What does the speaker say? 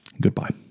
Goodbye